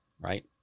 Right